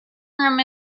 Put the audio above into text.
room